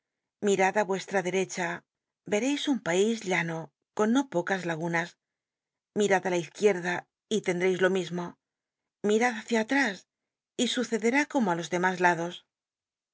i ucstta derecha ycrcis un país llano con no pocas lagunas mirad la izquierda y lendreis lo mismo miracl hücia alnis y succderú como ú los demas lados